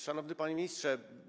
Szanowny Panie Ministrze!